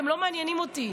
אתם לא מעניינים אותי,